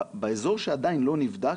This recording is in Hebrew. באזור שעדיין לא נבדק,